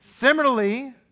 Similarly